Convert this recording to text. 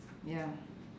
ya